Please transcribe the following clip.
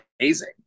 amazing